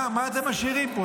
מה אתם משאירים פה?